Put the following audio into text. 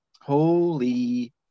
holy